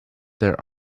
there